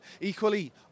equally